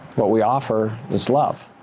what we offer is love.